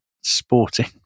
sporting